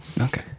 Okay